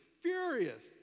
Furious